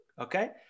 Okay